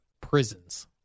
prisons